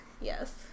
Yes